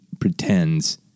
pretends